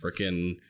freaking